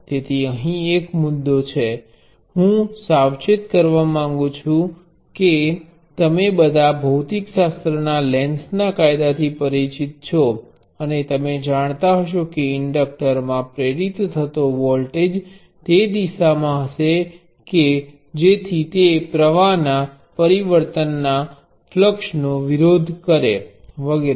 તેથી અહીં એક મુદ્દો હું સાવચેત કરવા માંગુ છું તે છે કે તમે બધા ભૌતિકશાસ્ત્રના લેન્સ ના કાયદાથી પરિચિત છો અને તમે જાણતા હશો કે ઇન્ડ્ક્ટર મા પ્રેરિત થતો વોલ્ટેજ તે દિશામાં હશે કે જેથી તે પ્રવાહમાંના પરિવર્તનનો વિરોધ કરે વગેરે